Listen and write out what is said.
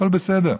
הכול בסדר.